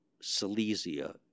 Silesia